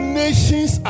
nations